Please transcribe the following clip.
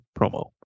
Promo